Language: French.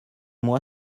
moi